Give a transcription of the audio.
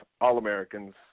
All-Americans